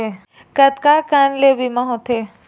कतका कन ले बीमा होथे?